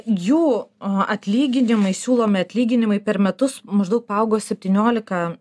jų atlyginimai siūlomi atlyginimai per metus maždaug paaugo septyniolika